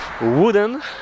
wooden